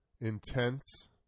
intense